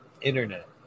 internet